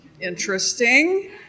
interesting